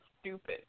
stupid